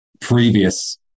previous